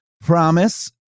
Promise